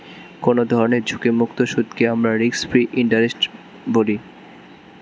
কোনো ধরনের ঝুঁকিমুক্ত সুদকে আমরা রিস্ক ফ্রি ইন্টারেস্ট বলি